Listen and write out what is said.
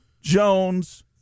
Jones